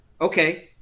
Okay